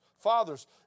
Fathers